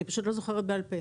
אני פשוט לא זוכרת בעל פה.